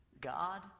God